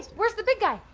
where's the big guy.